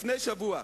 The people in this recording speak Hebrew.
לפני שבוע.